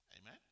Amen